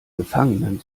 gefangenen